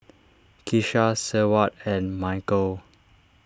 Keesha Seward and Mychal